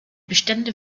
bestände